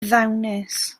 ddawnus